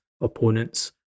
opponents